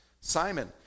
simon